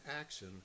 action